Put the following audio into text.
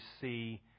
see